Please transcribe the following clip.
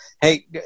Hey